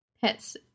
Pets